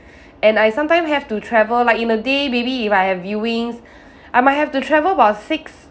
and I some time have to travel like in a day maybe if I have viewings I might have to travel about six